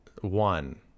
one